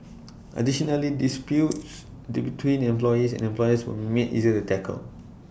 additionally disputes D between employees and employers will be made easier to tackle